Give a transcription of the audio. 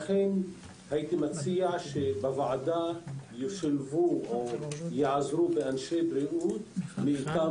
לכן הייתי מציע שבוועדה ישולבו או ייעזרו באנשי בריאות מטעם